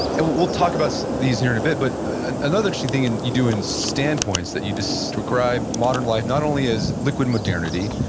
and we'll we'll talk about these here in a bit, but another interesting thing and you do in standpoints that you describe modern life not only as liquid modernity,